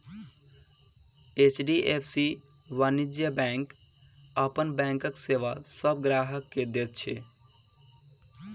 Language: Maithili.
एच.डी.एफ.सी वाणिज्य बैंक अपन बैंकक सेवा सभ ग्राहक के दैत अछि